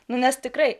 nu nes tikrai